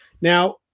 Now